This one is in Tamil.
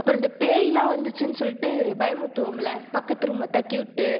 அப்புறம் இந்தப் பேயெல்லாம் வந்துச்சுன்னு சொல்லிட்டு பயமுறுத்துவோமில்லை பக்கத்து ரூமை தட்டிவிட்டு